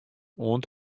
oant